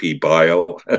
bio